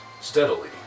steadily